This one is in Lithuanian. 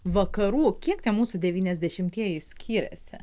vakarų kiek tie mūsų devyniasdešimtieji skyrėsi